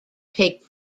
take